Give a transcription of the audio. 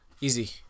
Easy